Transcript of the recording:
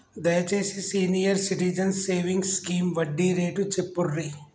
దయచేసి senior citizens savings scheme వడ్డీ rate చెప్పుర్రి